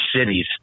cities